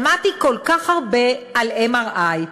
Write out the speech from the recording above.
שמעתי כל כך הרבה על MRI,